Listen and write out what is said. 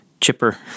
chipper